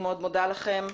אני מאוד מודה לכם.